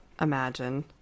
imagine